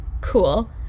cool